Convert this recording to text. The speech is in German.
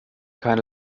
keine